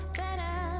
better